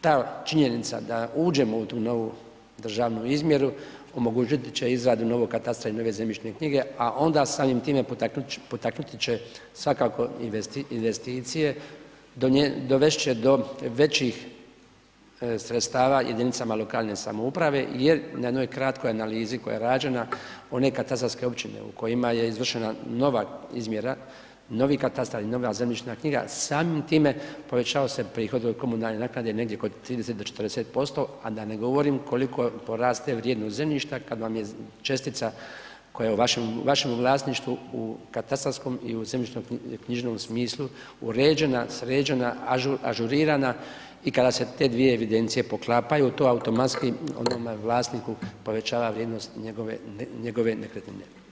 ta činjenica da uđemo u tu novu državnu izmjeru, omogućiti će izradu novog katastra i nove zemljišne knjige, a onda samim time potaknuti će svakako i investicije, dovest će do većih sredstava jedinicama lokalne samouprave jer na jednoj kratkoj analizi koja je rađena, one katastarske općine u kojima je izvršena nova izmjera, novi katastar i nova zemljišna knjiga, samim time povećao se prihod od komunalne naknade negdje oko 30-40%, a da ne govorim koliko je poraste vrijednost zemljišta kad vam je čestica koja je u vašem vlasništvu u katastarskom i u zemljišnoknjižnom smislu uređena, sređena, ažurirana i kada se te dvije evidencije poklapaju, to je automatski onome vlasniku povećava vrijednost njegove nekretnine.